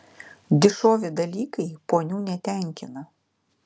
dišovi dalykai ponių netenkina